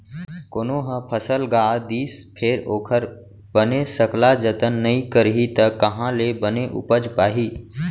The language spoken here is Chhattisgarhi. कोनो ह फसल गा दिस फेर ओखर बने सकला जतन नइ करही त काँहा ले बने उपज पाही